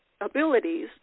abilities